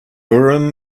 urim